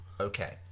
Okay